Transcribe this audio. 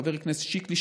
חבר הכנסת שיקלי,